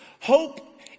Hope